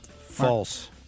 False